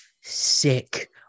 sick